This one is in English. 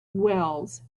wells